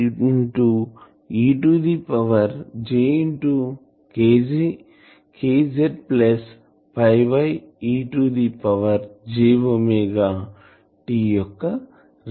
e to the power jkz ye to the power j omega t యొక్క real part